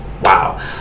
wow